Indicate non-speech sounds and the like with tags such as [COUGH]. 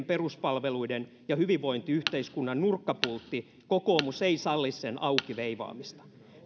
[UNINTELLIGIBLE] peruspalveluiden ja hyvinvointiyhteiskunnan nurkkapultti eikä kokoomus salli sen auki veivaamista